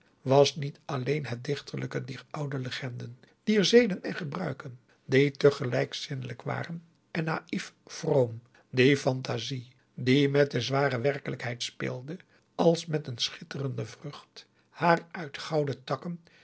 was niet alleen het dichterlijke dier oude legenaugusta de wit orpheus in de dessa den dier zeden en gebruiken die tegelijk zinnelijk waren en naïef vroom die fantasie die met de zware werkelijkheid speelde als met een schitterende vrucht haar uit gouden takken